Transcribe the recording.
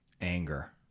anger